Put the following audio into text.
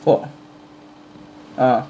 !wah! (uh huh)